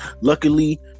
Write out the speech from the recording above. luckily